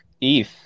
eth